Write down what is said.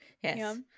Yes